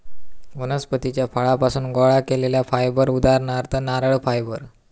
वनस्पतीच्या फळांपासुन गोळा केलेला फायबर उदाहरणार्थ नारळ फायबर